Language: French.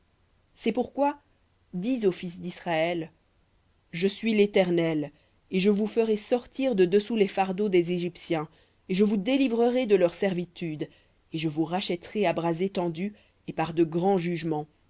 c'est pourquoi dis aux fils d'israël je suis l'éternel et je vous ferai sortir de dessous les fardeaux des égyptiens et je vous délivrerai de leur servitude et je vous rachèterai à bras étendu et par de grands jugements